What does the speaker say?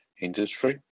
industry